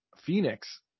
Phoenix